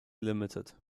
limited